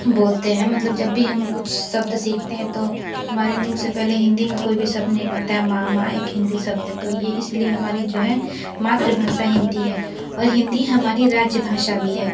बोलते हैं मतलब जब भी हम कुछ शब्द सीखते हैं तो हमारे मुँह से पहले हिंदी में कोई भी शब्द निकलता है मामा एक हिंदी शब्द है तो ये इसलिए हमारी जो है मातृभाषा हिंदी है और हिंदी हमारी राज्य भाषा भी है